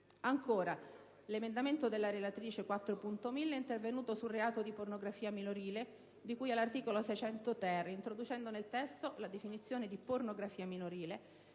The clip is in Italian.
Ancora, l'emendamento della relatrice 4.1000 è intervenuto sul reato di «pornografia minorile» di cui all'articolo 600-*ter*, introducendo nel testo la definizione di «pornografia minorile»